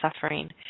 suffering